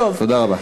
תודה רבה.